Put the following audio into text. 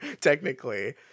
technically